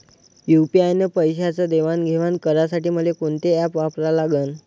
UPI न पैशाचं देणंघेणं करासाठी मले कोनते ॲप वापरा लागन?